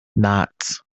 knots